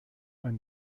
ein